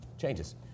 changes